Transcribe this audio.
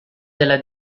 della